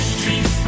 Street